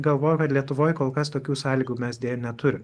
galvoju kad lietuvoj kol kas tokių sąlygų mes deja neturim